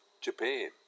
Japan